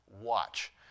watch